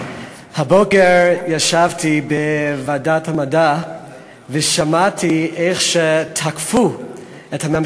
הבוקר ישבתי בוועדת המדע ושמעתי איך תקפו המפלגות החרדיות את